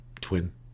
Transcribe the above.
Twin